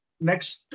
next